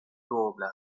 duobla